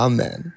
Amen